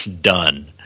done